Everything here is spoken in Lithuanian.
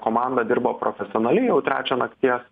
komanda dirbo profesionaliai jau trečią nakties